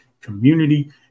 community